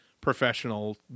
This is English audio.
professional